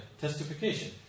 testification